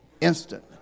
instant